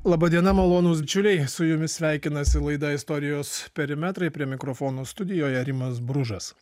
laba diena malonūs bičiuliai su jumis sveikinasi laida istorijos perimetrai prie mikrofono studijoje rimas bružas